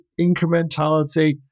incrementality